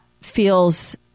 feels